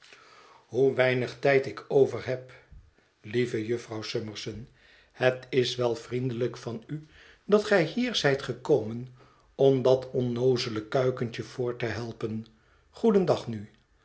hoe weinig tijd ik over heb lieve jufvrouw summerson het is wel vriendelijk van u dat gij hier zijt gekomen om dat onnoozele kuikentje voort te helpen goedendag nu